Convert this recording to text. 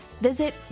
visit